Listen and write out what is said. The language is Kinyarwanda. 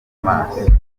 amaso